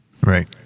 Right